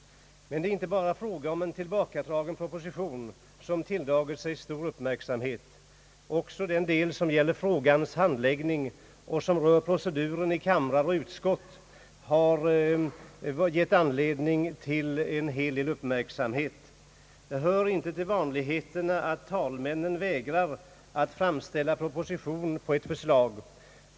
Men det är inte bara tillbakadragandet av propositionen som tilldragit sig stor uppmärksamhet. Också den del av frågans handläggning som rör proceduren i kamrar och utskott har gett anledning till en hel del uppmärksamhet. Det hör inte till vanligheterna att talmännen vägrar att framställa proposition på ett förslag.